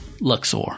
Luxor